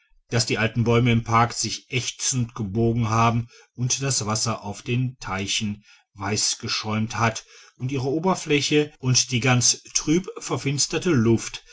daß die alten bäume im park sich ächzend gebogen haben und das wasser auf den teichen weiß geschäumt hat und ihre oberfläche und die ganze trüb verfinsterte luft